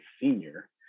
senior